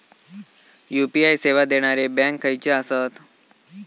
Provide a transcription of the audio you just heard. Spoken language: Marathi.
यू.पी.आय सेवा देणारे बँक खयचे आसत?